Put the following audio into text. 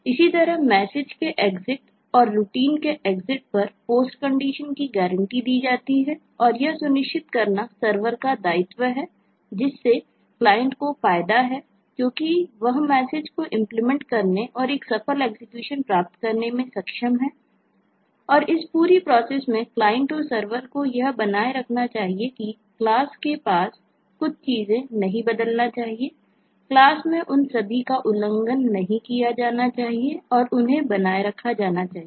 इसी तरह मैसेज के एग्जिट में उन सभी का उल्लंघन नहीं किया जाना चाहिए और उन्हें बनाए रखा जाना चाहिए